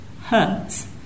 hurts